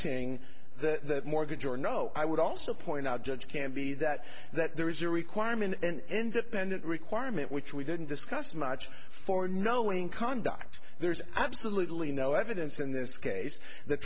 letting the mortgage or no i would also point out judge can be that that there is a requirement and independent requirement which we didn't discuss much for knowing conduct there's absolutely no evidence in this case the